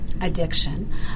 addiction